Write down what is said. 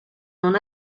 non